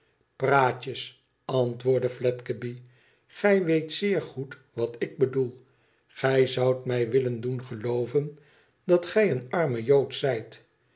praatjes antwoordde fledgeby gij weet zéér goed wat ik bedoel gij zoudt mij willen doen gelooven dat gij een arme jood zijt